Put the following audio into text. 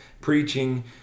preaching